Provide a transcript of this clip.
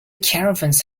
caravans